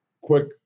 Quick